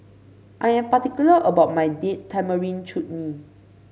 I am particular about my Date Tamarind Chutney